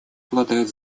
обладают